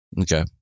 okay